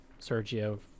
Sergio